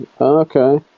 Okay